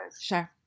Sure